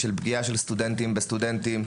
על פגיעה של סטודנטים בסטודנטים,